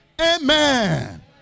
Amen